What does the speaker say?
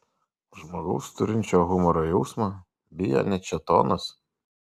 žmogaus turinčio humoro jausmą bijo net šėtonas